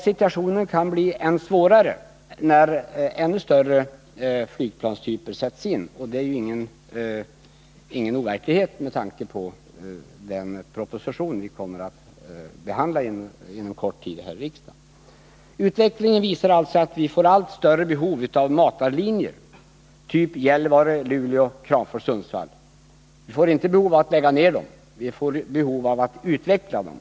Situationen kan bli än svårare när ännu större flygplanstyper sätts in, och det är inte något overkligt med tanke på den proposition vi kommer att behandla inom kort här i riksdagen. Utvecklingen visar alltså att vi får allt större behov av matarlinjer, typ Gällivare-Luleå-Kramfors-Sundsvall. Vi får inte behov av att lägga ner linjerna — vi får behov av att utveckla dem.